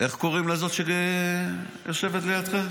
איך קוראים לזאת שיושבת לידך?